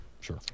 Sure